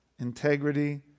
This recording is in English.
integrity